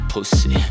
Pussy